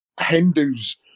Hindus